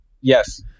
Yes